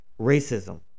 racism